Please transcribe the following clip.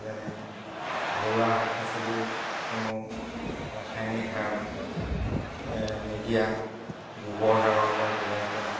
যেনে ঘৰুৱা শাক পাচলিত কোনো ৰাসায়নিক সাৰ নিদিয়া গোবৰ সাৰৰ পৰা তৈয়াৰ কৰা